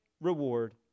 reward